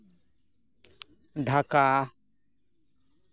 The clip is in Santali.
ᱰᱷᱟᱠᱟ